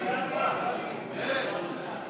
הצעת סיעות מרצ,